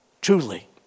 truly